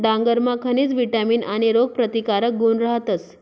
डांगरमा खनिज, विटामीन आणि रोगप्रतिकारक गुण रहातस